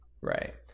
right